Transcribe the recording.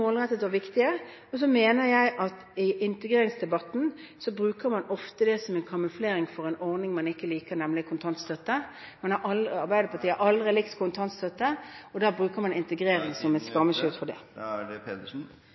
og viktige. Så mener jeg at integreringsdebatten ofte brukes som en kamuflering for en ordning man ikke liker, nemlig kontantstøtte. Arbeiderpartiet har aldri likt kontantstøtte, og da bruker man integrering som